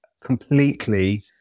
completely